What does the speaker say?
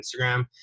Instagram